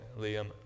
Liam